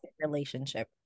relationship